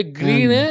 green